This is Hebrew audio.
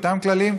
באותם כללים,